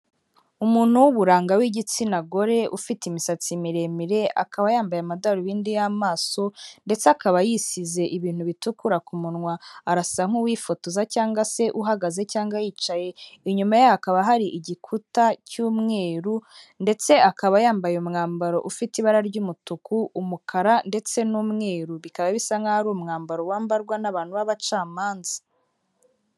Umuntu w'uburanga w'igitsina gore, ufite imisatsi miremire, akaba yambaye amadarubindi y'amaso ndetse akaba yisize ibintu bitukura ku munwa. Arasa nk'uwifotoza cyangwa se uhagaze cyangwa yicaye. Inyuma ye hakaba hari igikuta cy'umweru ndetse akaba yambaye umwambaro ufite ibara ry'umutuku, umukara ndetse n'umweru. Bikaba bisa nkaho ari umwambaro wambarwa n'abantu b'abacamanza.